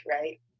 right